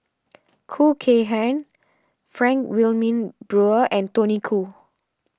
Khoo Kay Hian Frank Wilmin Brewer and Tony Khoo